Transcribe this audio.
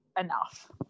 enough